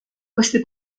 queste